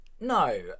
no